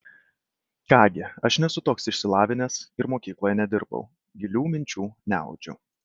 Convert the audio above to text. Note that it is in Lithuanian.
ką gi aš nesu toks išsilavinęs ir mokykloje nedirbau gilių minčių neaudžiu